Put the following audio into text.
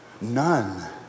None